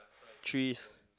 trees